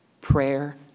Prayer